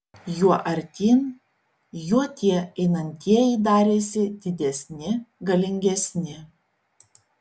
juo artyn juo tie einantieji darėsi didesni galingesni